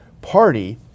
party